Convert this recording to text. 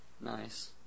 Nice